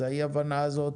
אז האי-ההבנה הזאת